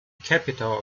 capital